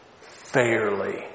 fairly